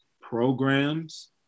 programs